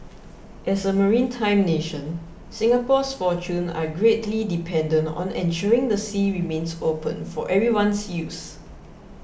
as a maritime nation Singapore's fortune are greatly dependent on ensuring the sea remains open for everyone's use